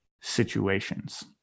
situations